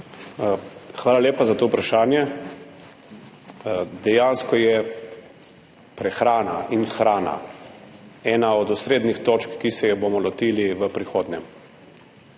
Hvala lepa za to vprašanje. Dejansko je prehrana ena od osrednjih točk, ki se je bomo lotili v prihodnje.